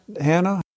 hannah